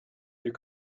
you